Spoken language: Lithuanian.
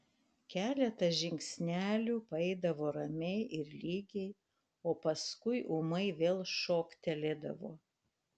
keletą žingsnelių paeidavo ramiai ir lygiai o paskui ūmai vėl šoktelėdavo